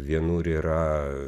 vienur yra